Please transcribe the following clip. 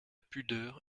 pudeur